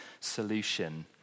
solution